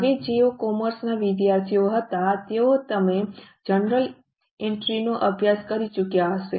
હવે જેઓ કોમર્સના વિદ્યાર્થીઓ હતા તેઓ તમે જર્નલ એન્ટ્રીનો અભ્યાસ કરી ચૂક્યા હશે